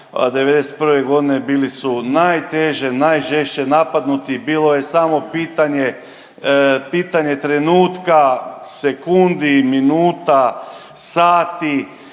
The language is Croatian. '91. godine bili su najteže, najžešće napadnuti. Bilo je samo pitanje, pitanje trenutka, sekundi, minuta, sati